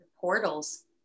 Portals